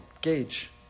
gauge